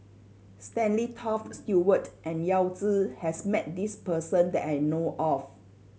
Stanley Toft Stewart and Yao Zi has met this person that I know of